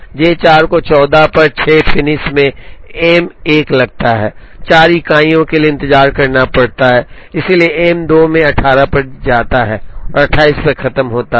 तो J 4 को 14 पर 6 फिनिश में M 1 लगता है 4 इकाइयों के लिए इंतजार करना पड़ता है इसलिए M 2 में 18 पर जाता है और 28 पर खत्म होता है